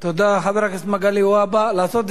חבר הכנסת מגלי והבה, לעשות את זה קצר.